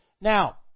Now